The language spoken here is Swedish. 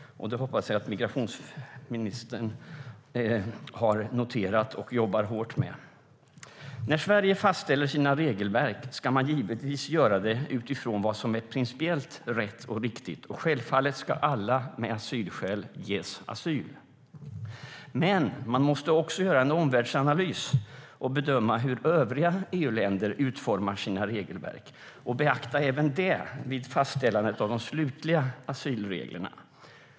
Det hoppas jag att migrationsministern har noterat och jobbar hårt med. När Sverige fastställer sina regelverk ska man givetvis göra det utifrån vad som är principiellt rätt och riktigt. Självfallet ska alla med asylskäl ges asyl. Men man måste också göra en omvärldsanalys, bedöma hur övriga EU-länder utformar sina regelverk och beakta även det vid fastställandet av de slutliga asylreglerna.